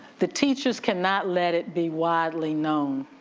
the teachers cannot let it be widely known